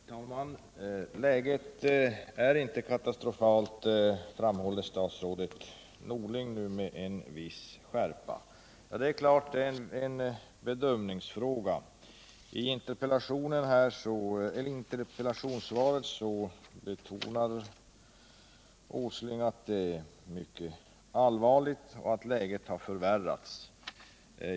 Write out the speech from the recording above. Herr talman! Läget är inte katastrofalt, framhåller statsrådet Åsling nu med viss skärpa. Det är klart att detta är en bedömningsfråga. I interpellationssvaret betonar Nils Åsling att läget är mycket allvarligt och att det har förvärrats.